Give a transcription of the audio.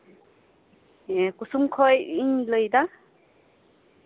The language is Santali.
ᱦᱮᱸ ᱠᱩᱥᱩᱢ ᱠᱷᱚᱡ ᱤᱧ ᱞᱟᱹᱭᱫᱟ